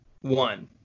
one